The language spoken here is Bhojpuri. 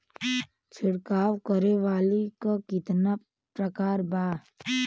छिड़काव करे वाली क कितना प्रकार बा?